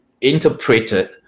interpreted